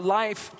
life